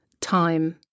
Time